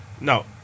no